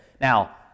Now